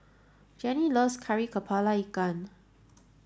Gennie loves Kari Kepala Ikan